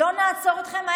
לא נעצור אתכם.